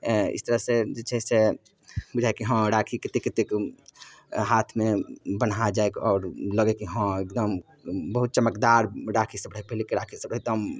इस तरहसँ जे छै से बुझै कि हँ राखी कतेक कतेक हाथमे बन्हा जाए आओर लगै कि हँ एकदम बहुत चमकदार राखीसब रहै पहिलेके राखी सब एकदम